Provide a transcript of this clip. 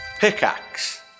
Pickaxe